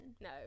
No